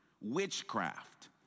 witchcraft